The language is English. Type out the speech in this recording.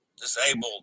disabled